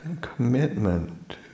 commitment